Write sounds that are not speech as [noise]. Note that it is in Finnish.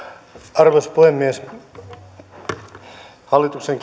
arvoisa puhemies hallituksen [unintelligible]